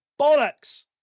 bollocks